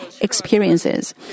experiences